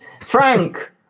Frank